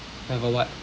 ya got what